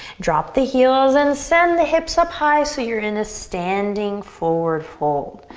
drop the heels and send the hips up high so you're in a standing forward fold.